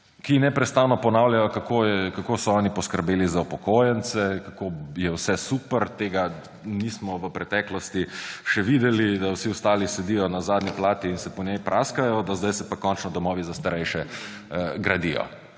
ki neprestano ponavljajo, kako so oni poskrbeli za upokojence, kako je vse super, tega v preteklosti še nismo videli, vsi ostali sedijo na zadnji plati in se po njej praskajo, zdaj se pa končno domovi za starejše gradijo.